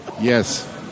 Yes